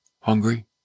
hungry